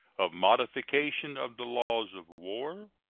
of modification of the laws of war,